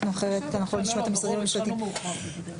התחלנו מאוחר, בגלל זה.